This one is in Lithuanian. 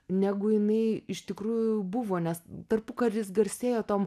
negu jinai iš tikrųjų buvo nes tarpukaris garsėjo tom